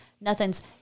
Nothing's